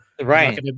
right